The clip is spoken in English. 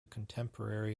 contemporary